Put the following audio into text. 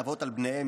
אבות על בניהם,